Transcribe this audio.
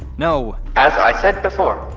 no as i said before,